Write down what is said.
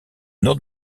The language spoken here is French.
nord